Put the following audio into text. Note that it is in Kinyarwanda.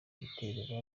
igitero